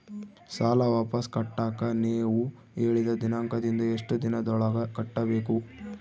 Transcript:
ಸಾಲ ವಾಪಸ್ ಕಟ್ಟಕ ನೇವು ಹೇಳಿದ ದಿನಾಂಕದಿಂದ ಎಷ್ಟು ದಿನದೊಳಗ ಕಟ್ಟಬೇಕು?